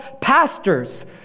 pastors